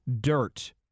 dirt